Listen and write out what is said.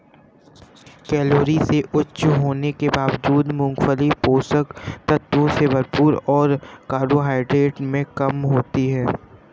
calorie में उच्च होने के बावजूद, मूंगफली पोषक तत्वों से भरपूर और कार्बोहाइड्रेट में कम होती है